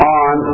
on